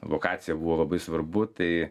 lokacija buvo labai svarbu tai